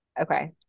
Okay